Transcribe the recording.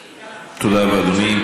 תודה רבה, אדוני.